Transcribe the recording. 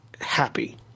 happy